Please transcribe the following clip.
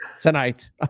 tonight